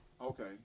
Okay